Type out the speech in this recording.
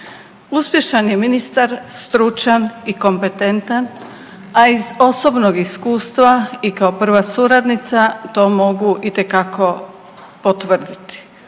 Uspješan je ministar, stručan i kompetentan, a iz osobnog iskustva i kao prva suradnica to mogu itekako potvrditi.